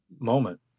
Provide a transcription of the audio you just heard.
moment